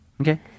Okay